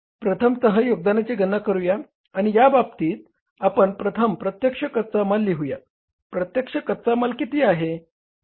तर प्रथमतः योगदानाची गणना करूया आणि या बाबतीत आपण प्रथम प्रत्यक्ष कच्चा माल लिहूया प्रत्यक्ष कच्चा माल किती आहे